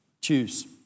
Choose